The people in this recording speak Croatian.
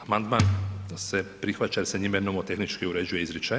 Amandman se prihvaća jer se njime nomotehnički uređuje izričaj.